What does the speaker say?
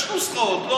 יש נוסחאות.